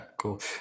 cool